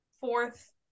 fourth